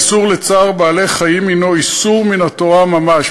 האיסור לצער בעלי-חיים הנו איסור מן התורה ממש,